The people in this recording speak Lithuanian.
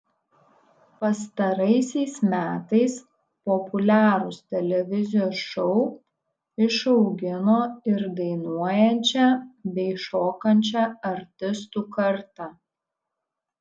pastaraisiais metais populiarūs televizijos šou išaugino ir dainuojančią bei šokančią artistų kartą